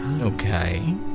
Okay